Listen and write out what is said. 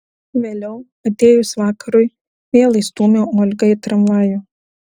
vėliau atėjus vakarui vėl įstūmiau olgą į tramvajų